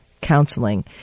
counseling